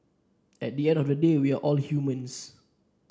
at the end of the day we are all humans